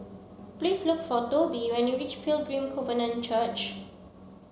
please look for Tobie when you reach Pilgrim Covenant Church